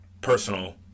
personal